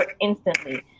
instantly